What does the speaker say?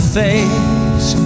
face